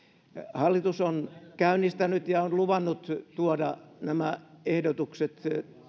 hallitus on käynnistänyt ja on luvannut tuoda nämä ehdotukset